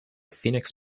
phoenix